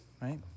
right